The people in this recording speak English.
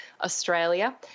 Australia